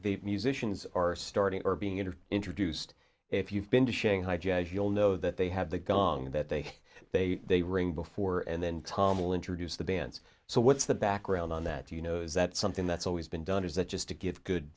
the musicians are starting or being in are introduced if you've been to shanghai jazz you'll know that they have the gong that they they they ring before and then tom will introduce the bands so what's the background on that you know is that something that's always been done is that just to give good